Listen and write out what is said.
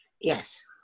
Yes